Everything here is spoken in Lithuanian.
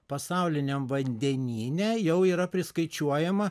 pasauliniam vandenyne jau yra priskaičiuojama